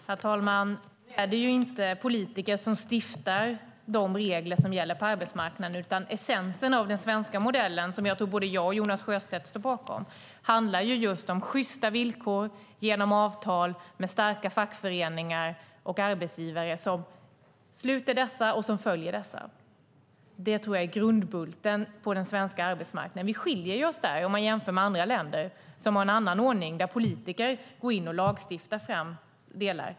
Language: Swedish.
Herr talman! I Sverige är det inte politiker som stiftar de regler som gäller på arbetsmarknaden, utan essensen av den svenska modellen som jag tror att både jag och Jonas Sjöstedt står bakom handlar ju just om sjysta villkor genom avtal med starka fackföreningar och arbetsgivare som sluter dessa avtal och följer dem. Det tror jag är grundbulten på den svenska arbetsmarknaden. Där skiljer vi oss från andra länder som har en ordning där politiker går in och lagstiftar.